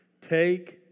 take